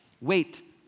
Wait